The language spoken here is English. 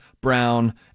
brown